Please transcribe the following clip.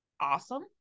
awesome